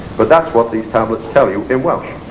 but that's what these tablets tell you in welsh